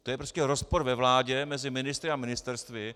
To je prostě rozpor ve vládě mezi ministry a ministerstvy.